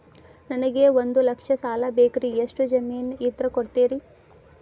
ನನಗೆ ಒಂದು ಲಕ್ಷ ಸಾಲ ಬೇಕ್ರಿ ಎಷ್ಟು ಜಮೇನ್ ಇದ್ರ ಕೊಡ್ತೇರಿ?